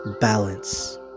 balance